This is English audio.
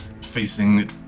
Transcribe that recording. facing